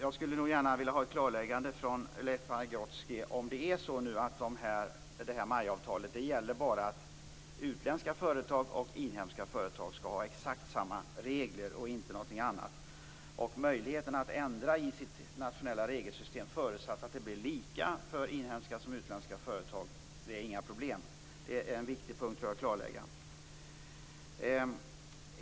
Jag skulle gärna vilja ha ett klarläggande från Leif Pagrotsky om det är så att MAI-avtalet bara gäller att utländska företag och inhemska företag skall ha exakt samma regler och inte någonting annat. Att ändra i det nationella regelsystemet är inget problem, förutsatt att det blir lika för inhemska och utländska företag, men det är en viktig punkt att klarlägga.